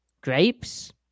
Grapes